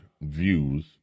views